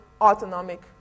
autonomic